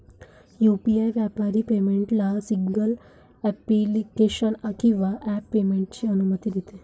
UPI व्यापारी पेमेंटला single application किंवा ॲप पेमेंटची अनुमती देते